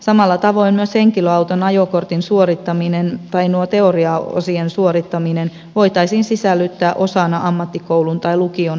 samalla tavoin myös henkilöauton ajokortin teoriaosien suorittaminen voitaisiin sisällyttää osaksi ammattikoulun tai lukion oppimäärää